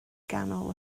ganol